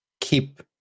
keep